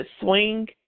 swing